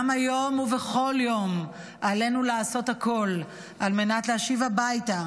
גם היום ובכל יום עלינו לעשות הכול על מנת להשיב הביתה